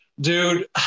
Dude